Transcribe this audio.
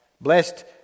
Blessed